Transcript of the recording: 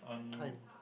pine